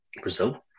Brazil